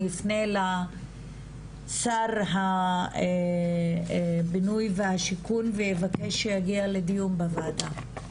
אני ייפנה לשר הבינוי והשיכון ויבקש שיגיע לדיון בוועדה,